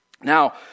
Now